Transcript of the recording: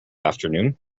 afternoon